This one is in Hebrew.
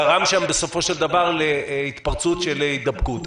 גרם שם בסופו של דבר להתפרצות של הידבקות.